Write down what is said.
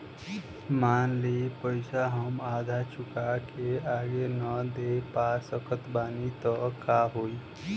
मान ली पईसा हम आधा चुका के आगे न दे पा सकत बानी त का होई?